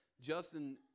Justin